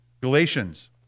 Galatians